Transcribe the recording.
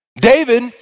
David